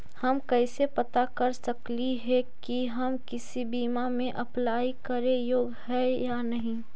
हम कैसे पता कर सकली हे की हम किसी बीमा में अप्लाई करे योग्य है या नही?